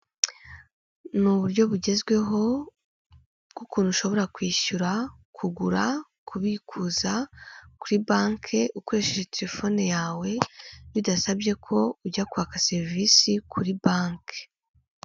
Ni uburyo bugezweho bw'ukuntu ushobora kwishyura, kugura, kubikuza kuri banki ukoresheje telefone yawe, bidasabye ko ujya kwaka serivisi kuri banki.